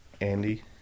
Andy